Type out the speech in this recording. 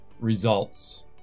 results